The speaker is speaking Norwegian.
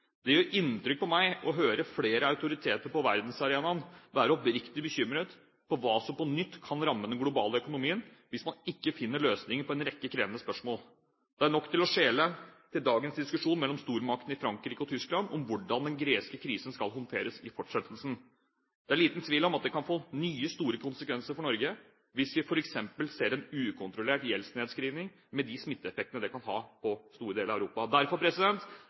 Det gjør inntrykk på meg å høre flere autoriteter på verdensarenaen som er oppriktig bekymret for hva som på nytt kan ramme den globale økonomien, hvis man ikke finner løsninger på en rekke krevende spørsmål. Det er nok å skjele til dagens diskusjon mellom stormaktene Frankrike og Tyskland om hvordan den greske krisen skal håndteres i fortsettelsen. Det er liten tvil om at det kan få nye, store konsekvenser for Norge hvis vi f.eks. skulle se en ukontrollert gjeldsnedskriving med de smitteeffektene det kan ha på store deler av Europa. Derfor